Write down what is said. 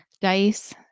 Dice